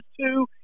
two